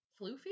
floofy